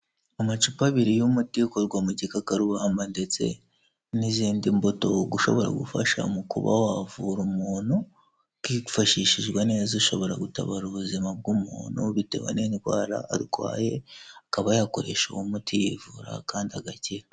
Amacupa abiri y'umuti ukorwa mu gikakarubamba ndetse n'izindi mbuto ushobora gufasha mu kuba wavura umuntu, wifashishijwe neza ushobora gutabara ubuzima bw'umuntu bitewe n'indwara arwaye akaba yakoresha uwo muti yivura kandi agakira.